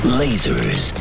lasers